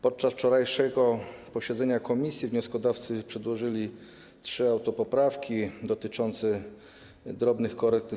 Podczas wczorajszego posiedzenia komisji wnioskodawcy przedłożyli trzy autopoprawki dotyczące drobnych korekt w